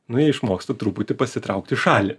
nu jie išmoksta truputį pasitraukt į šalį